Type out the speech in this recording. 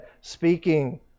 speaking